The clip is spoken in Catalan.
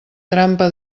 trampa